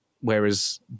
whereas